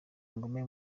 ingume